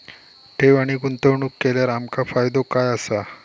ठेव आणि गुंतवणूक केल्यार आमका फायदो काय आसा?